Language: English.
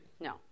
No